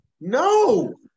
No